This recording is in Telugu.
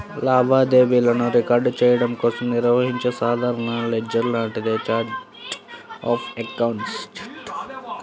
లావాదేవీలను రికార్డ్ చెయ్యడం కోసం నిర్వహించే సాధారణ లెడ్జర్ లాంటిదే ఛార్ట్ ఆఫ్ అకౌంట్స్